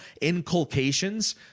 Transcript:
inculcations